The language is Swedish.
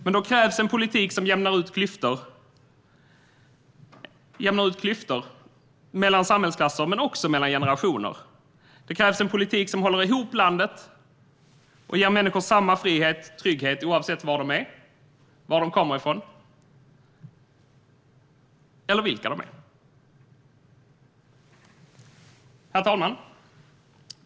Men då krävs en politik som jämnar ut klyftor mellan samhällsklasser men också mellan generationer. Då krävs en politik som håller ihop landet och ger människor samma frihet och trygghet oavsett var de är, var de kommer ifrån eller vilka de är. Herr talman!